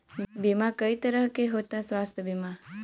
बीमा कई तरह के होता स्वास्थ्य बीमा?